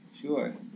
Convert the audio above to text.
Sure